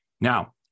Now